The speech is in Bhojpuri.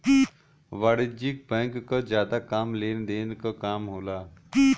वाणिज्यिक बैंक क जादा काम लेन देन क काम होला